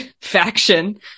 faction